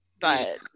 But-